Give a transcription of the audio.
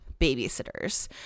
babysitters